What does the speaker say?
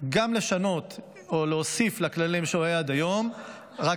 גם לשנות או להוסיף לכללים שהיו עד היום -- למה?